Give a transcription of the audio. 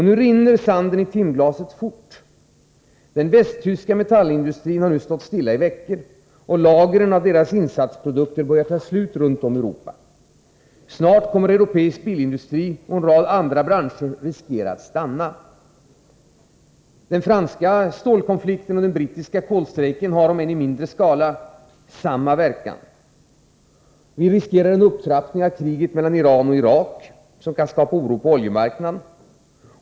Nu rinner sanden i timglaset fort. Den västtyska metallindustrin har stått stilla i veckor, och lagren av tyska insatsprodukter börjar ta slut runt om i Europa. Snart riskerar europeisk bilindustri och en rad andra branscher att stanna. Samma verkan, om än i mindre skala, får den franska stålkonflikten och den brittiska kolstrejken. Samtidigt riskerar en upptrappning av kriget mellan Iran och Irak att skapa oro på oljemarknaden.